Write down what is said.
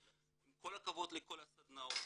עם כל הכבוד לכל הסדנאות,